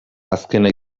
azkena